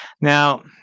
now